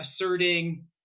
asserting